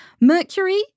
Mercury